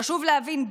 חשוב להבין,